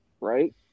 right